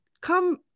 come